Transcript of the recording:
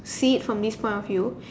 see it from this point of view